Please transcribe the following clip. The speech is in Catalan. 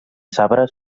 sabre